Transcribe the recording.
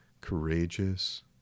courageous